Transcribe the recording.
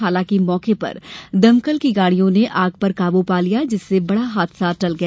हालांकि मौके पर दमकल की गाड़ियों ने आग पर काबू पा लिया जिससे बड़ा हादसा टल गया